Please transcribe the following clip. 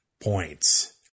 points